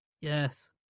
Yes